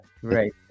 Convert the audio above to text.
Great